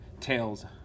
tails